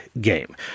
game